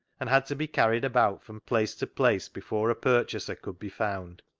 and had to be carried about from place to place before a purchaser could be found.